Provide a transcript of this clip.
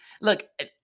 Look-